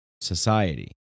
society